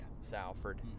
Salford